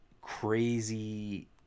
crazy